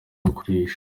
akoresha